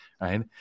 right